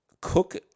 Cook